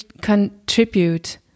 Contribute